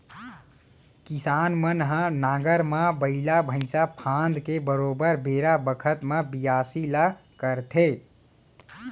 किसान मन ह नांगर म बइला भईंसा फांद के बरोबर बेरा बखत म बियासी ल करथे